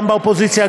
גם באופוזיציה,